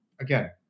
again